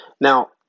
Now